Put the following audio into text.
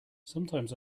sometimes